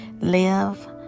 live